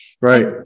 Right